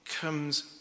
comes